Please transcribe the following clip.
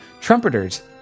Trumpeters